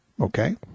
okay